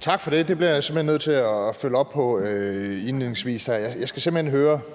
Tak for det. Det bliver simpelt jeg hen nødt til indledningsvis at følge op på. Jeg skal høre, om det,